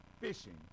fishing